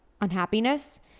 unhappiness